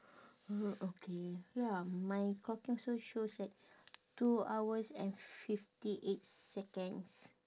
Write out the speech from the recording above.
hmm okay ya my clock here also shows that two hours and fifty eight seconds